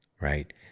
right